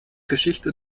geschichte